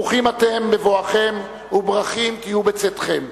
ברוכים אתם בבואכם, וברוכים תהיו בצאתכם.